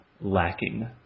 lacking